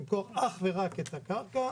למכור אך ורק את הקרקע